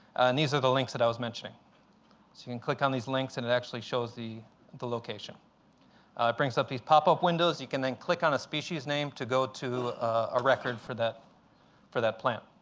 and these are the links that i was mentioning. so you can click on these links, and it actually shows the the location. it brings up these pop-up windows. you can then click on a species name to go to a record for that for that plant.